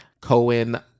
Cohen